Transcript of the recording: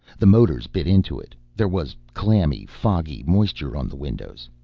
the motors bit into it. there was clammy, foggy moisture on the windows.